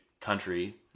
country